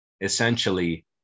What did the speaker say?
essentially